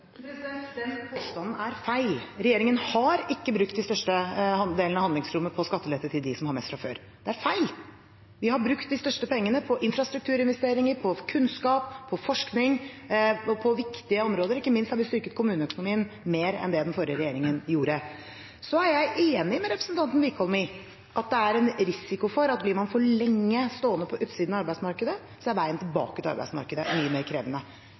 Den påstanden er feil. Regjeringen har ikke brukt den største delen av handlingsrommet på skattelette til dem som har mest fra før. Det er feil. Vi har brukt de største pengene på infrastrukturinvesteringer, på kunnskap, på forskning, på viktige områder, ikke minst har vi styrket kommuneøkonomien mer enn det den forrige regjeringen gjorde. Så er jeg enig med representanten Wickholm i at det er en risiko for at blir man for lenge stående på utsiden av arbeidsmarkedet, er veien tilbake til arbeidsmarkedet mye mer krevende.